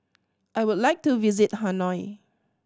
I would like to visit Hanoi